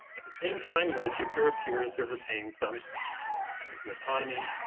at the same time, though, jupiter appears to have retained some sense of independence and autonomy.